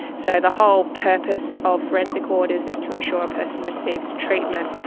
so the whole purpose of forensic orders is to ensure a person receives treatment,